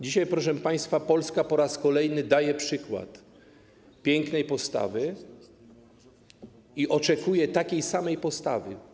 Dzisiaj, proszę państwa, Polska po raz kolejny daje przykład pięknej postawy i oczekuje takiej samej postawy.